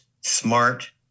smart